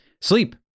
Sleep